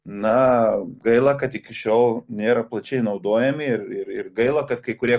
na gaila kad iki šiol nėra plačiai naudojami ir ir ir gaila kad kai kurie